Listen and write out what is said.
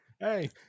Hey